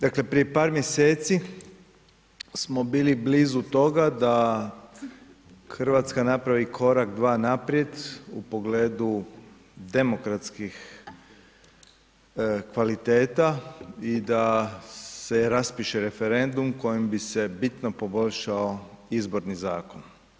Dakle, prije par mjeseci smo bili blizu toga da Hrvatska napravi korak, dva naprijed u pogledu demokratskih kvaliteta i da se raspiše referendum kojim bi se bitno poboljšao izborni zakon.